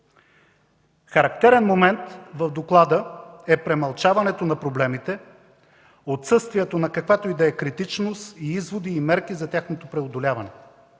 Характерен момент в доклада е премълчаването на проблемите, отсъствието на каквато и да е критичност и изводи и мерки за тяхното преодоляване.